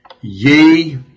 ye